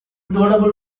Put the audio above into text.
notable